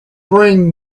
bring